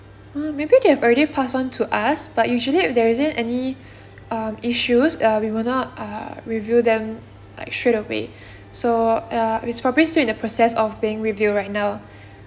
um maybe they've already passed on to us but usually if there isn't any um issues err we will not err review them like straightaway so uh it's probably still in the process of being reviewed right now